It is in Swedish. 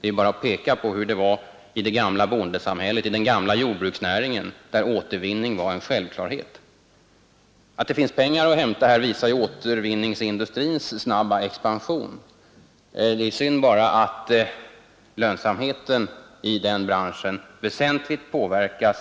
Det är bara att peka på hur det var i det gamla bondesamhället, i den gamla jordbruksnäringen, där återvinning var en självklarhet. Att det finns pengar att hämta här visar återvinningsindustrins snabba expansion. Det är synd bara att lönsamheten i den branschen väsentligt påverkas